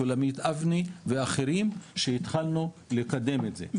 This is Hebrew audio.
שולמית אבני ואחרים שהתחלנו לקדם את זה,